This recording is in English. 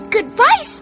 Goodbye